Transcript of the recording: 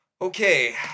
Okay